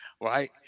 right